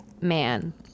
man